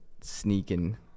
sneaking